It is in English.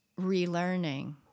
relearning